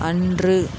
அன்று